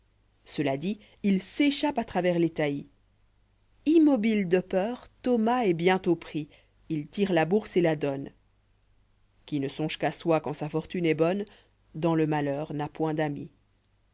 cela dit il s'échappe à travers lès taillis imnjobile de peur thomas est bientôt pris il tire la bourse et la donne qui ne songe qu'à soi quand sa fortune est bonne dans le malheur n'a point d'amis